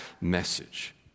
message